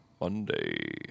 Monday